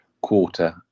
quarter